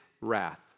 wrath